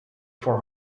for